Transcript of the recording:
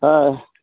हय